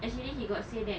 actually he got say that